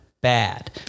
bad